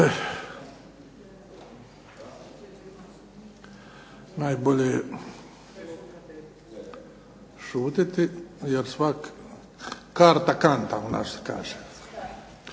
Najbolje je šutit jer svak' karta kanta, u nas se kaže.